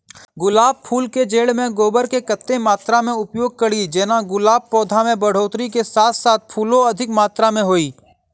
गुलाब फूल केँ जैड़ मे गोबर केँ कत्ते मात्रा मे उपयोग कड़ी जेना गुलाब पौधा केँ बढ़ोतरी केँ साथ साथ फूलो अधिक मात्रा मे होइ?